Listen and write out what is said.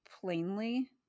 plainly